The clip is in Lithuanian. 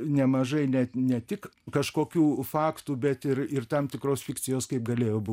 nemažai net ne tik kažkokių faktų bet ir ir tam tikros fikcijos kaip galėjo būti